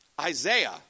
Isaiah